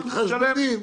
אנחנו נשלם לך.